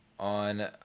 on